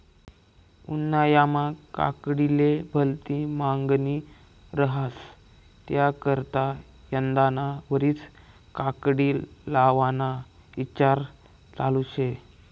उन्हायामा काकडीले भलती मांगनी रहास त्याकरता यंदाना वरीस काकडी लावाना ईचार चालू शे